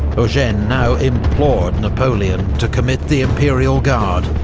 eugene now implored napoleon to commit the imperial guard.